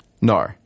No